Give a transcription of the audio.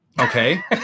Okay